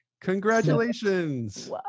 Congratulations